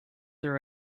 there